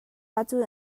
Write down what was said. ahcun